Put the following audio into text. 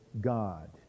God